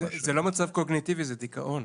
זה לא מצב קוגניטיבי זה דיכאון,